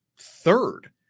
third